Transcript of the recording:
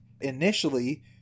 Initially